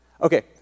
Okay